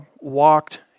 walked